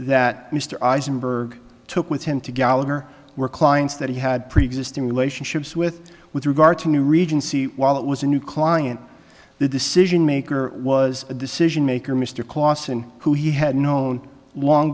that mr eisenberg took with him to gallagher were clients that he had preexisting relationships with with regard to new regency while it was a new client the decision maker was a decision maker mr clawson who he had known long